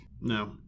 No